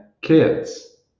kids